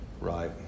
right